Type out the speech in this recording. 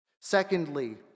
secondly